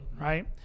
right